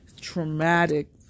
traumatic